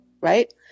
right